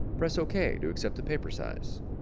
press ok to accept the paper size.